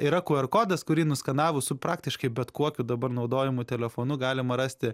yra qr kodas kurį nuskenavus su praktiškai bet kokiu dabar naudojamu telefonu galima rasti